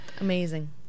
amazing